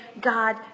God